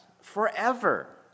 forever